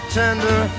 tender